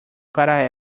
para